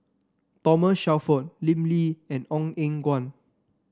Thomas Shelford Lim Lee and Ong Eng Guan